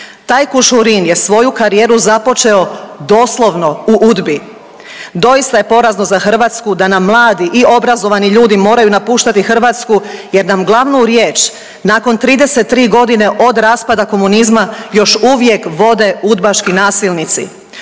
Taj Kušurin je svoju karijeru započeo doslovno u UDBA-i. Doista je porazno za Hrvatsku da nam mladi i obrazovani ljudi moraju napuštati Hrvatsku jer nam glavnu riječ nakon 33 godine od raspada komunizma još uvijek vode udbaški nasilnici.